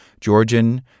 Georgian